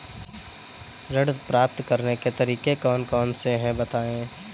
ऋण प्राप्त करने के तरीके कौन कौन से हैं बताएँ?